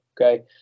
Okay